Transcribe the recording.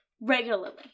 Regularly